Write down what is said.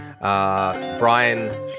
Brian